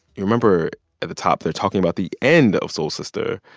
you remember at the top, they were talking about the end of soul sister,